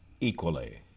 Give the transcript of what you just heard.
equally